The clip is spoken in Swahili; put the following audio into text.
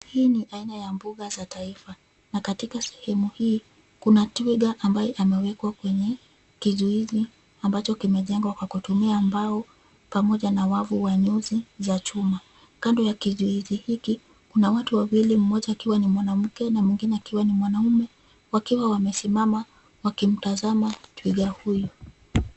Hii ni aina ya mbuga za taifa na katika sehemu hii, kuna twiga ambaye amewekwa kwenye kizuizi ambacho kimejengwa kwa kutumia mbao pamoja na wavu wa nyuzi za chuma. Kando ya kizuizi hiki, kuna watu wawili, mmoja akiwa ni mwanamke na mwingine akiwa ni mwanamume wakiwa wamesimama wakimtazama twiga huyo.